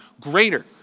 greater